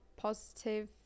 positive